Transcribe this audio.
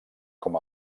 com